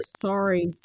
sorry